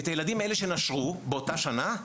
את הילדים האלה שנשרו באותה שנה,